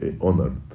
honored